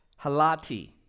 halati